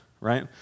right